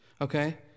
Okay